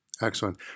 Excellent